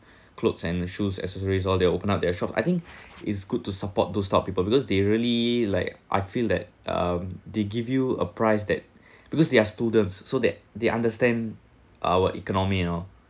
clothes and shoes accessories and all they open up their shop I think it's good to support to those type of people because they really like I feel that um they give you a price that because they're students so that they understand our economy and all